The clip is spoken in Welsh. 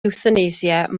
ewthanasia